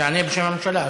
יענה בשם הממשלה.